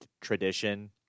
tradition